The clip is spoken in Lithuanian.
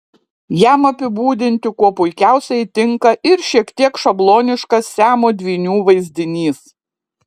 jam apibūdinti kuo puikiausiai tinka ir šiek tiek šabloniškas siamo dvynių vaizdinys